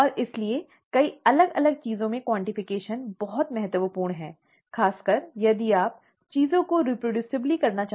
और इसलिए कई अलग अलग चीजों में क्वांटिफिकेशन बहुत महत्वपूर्ण है खासकर यदि आप चीजों को रिप्रोड्यूसिबली करना चाहते हैं